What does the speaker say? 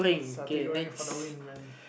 satay Goreng for the win man